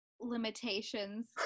limitations